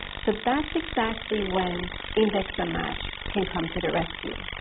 so that's exactly when index and match can come to the rescue.